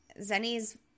zenny's